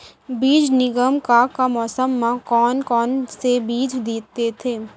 बीज निगम का का मौसम मा, कौन कौन से बीज देथे?